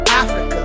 Africa